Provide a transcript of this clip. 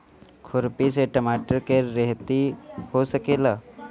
खुरपी से टमाटर के रहेती हो सकेला?